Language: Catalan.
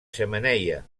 xemeneia